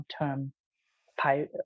long-term